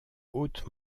haute